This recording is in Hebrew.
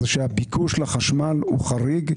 הוא שהביקוש לחשמל חריג,